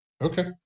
Okay